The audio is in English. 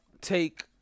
take